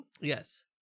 Yes